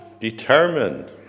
determined